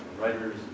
writers